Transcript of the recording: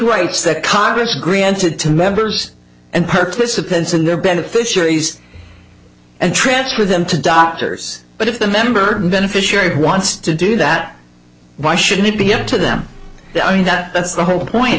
rights that congress granted to members and purpose offense in their beneficiaries and transfer them to doctors but if the member beneficiary wants to do that why shouldn't it be up to them i mean that that's the whole point